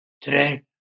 Today